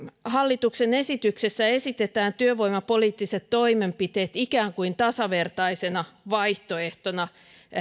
hallituksen esityksessä esitetään työvoimapoliittiset toimenpiteet ikään kuin tasavertaisena vaihtoehtona